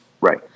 Right